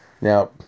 Now